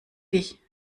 dich